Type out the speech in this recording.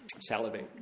Salivate